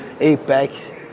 Apex